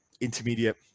intermediate